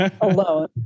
alone